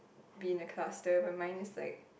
be in a cluster but mine is like